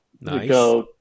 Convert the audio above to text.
Nice